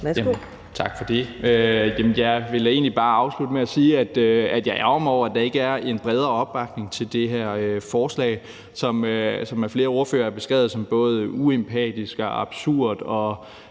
Tak for det. Jeg vil egentlig bare afslutte med at sige, at jeg ærgrer mig over, at der ikke er en bredere opbakning til det her forslag, som af flere ordførere er blevet beskrevet som både uempatisk, absurd